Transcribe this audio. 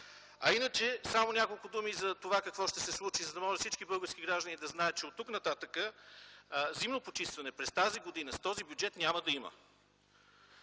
Иначе, само няколко думи за това какво ще се случи, за да могат всички български граждани да знаят, че оттук-нататък зимно почистване през тази година, с този бюджет няма да има.